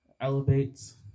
elevates